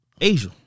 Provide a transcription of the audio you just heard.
Asia